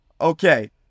Okay